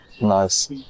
nice